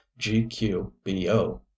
GQBO